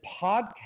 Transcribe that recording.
podcast